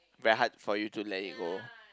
very hard for you to let it go